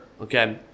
okay